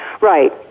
Right